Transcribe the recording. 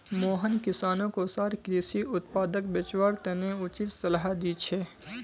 मोहन किसानोंक वसार कृषि उत्पादक बेचवार तने उचित सलाह दी छे